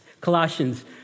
Colossians